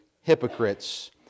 hypocrites